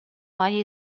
mai